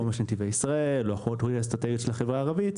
חומש נתיבי ישראל או התכנית האסטרטגית של החברה הערבית